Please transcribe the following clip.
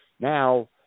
Now